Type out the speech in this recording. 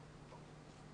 שנים.